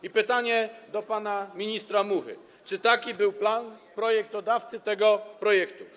I pytanie do pana ministra Muchy: Czy taki był plan projektodawcy tego projektu?